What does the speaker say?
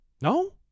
No